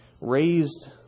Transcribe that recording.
raised